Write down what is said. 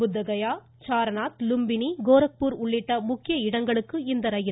புத்த கயா சாரணாத் லும்பினி கோரக்பூர் உள்ளிட்ட முக்கிய இடங்களுக்கு இந்த ரயில் பயணிக்கும்